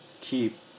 keep